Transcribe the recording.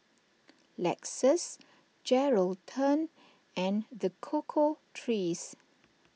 Lexus Geraldton and the Cocoa Trees